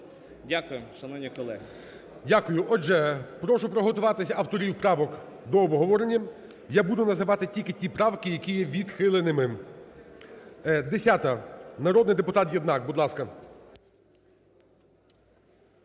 Дякую, шановні колеги. ГОЛОВУЮЧИЙ. Дякую. Отже, прошу приготуватись авторів правок до обговорення. Я буду називати тільки ті правки, які є відхиленими. 10-а, народний депутат Єднак. Будь ласка.